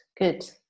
Good